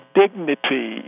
dignity